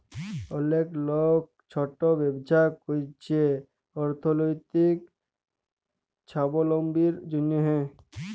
অলেক লক ছট ব্যবছা ক্যইরছে অথ্থলৈতিক ছাবলম্বীর জ্যনহে